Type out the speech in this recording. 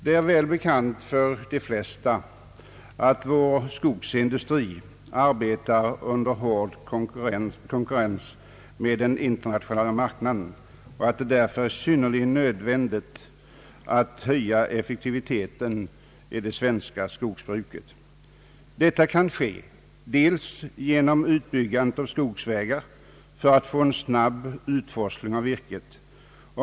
Det är väl bekant för de flesta att vår skogsindustri arbetar i hård konkurrens på den internationella marknaden och att det därför är synnerligen nödvändigt att höja effektiviteten i det svenska skogsbruket. Detta kan ske genom utbyggandet av skogsvägar för att man skall få en snabb utforsling av virket.